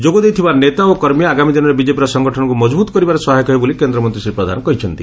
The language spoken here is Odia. ଯୋଗ ଦେଇଥିବା ନେତା ଓ କର୍ମୀ ଆଗାମୀ ଦିନରେ ବିଜେପିର ସଂଗଠନକୁ ମକଭୁତ କରିବାରେ ସହାୟକ ହେବେ ବୋଲି କେନ୍ଦ୍ରମନ୍ତ୍ରୀ ଶ୍ରୀ ପ୍ରଧାନ କହିଛନ୍ତି